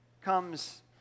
comes